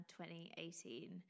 2018